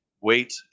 wait